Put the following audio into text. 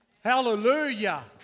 Hallelujah